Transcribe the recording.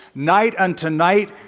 night and tonight